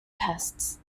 pests